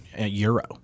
Euro